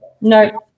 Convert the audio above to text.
No